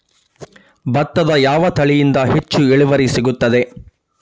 ಭತ್ತದ ಯಾವ ತಳಿಯಿಂದ ಹೆಚ್ಚು ಇಳುವರಿ ಸಿಗುತ್ತದೆ?